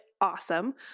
awesome